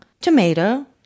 tomato